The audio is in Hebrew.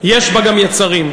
יש בה גם יצרים.